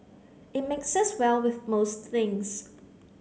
it mixes well with most things